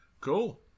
Cool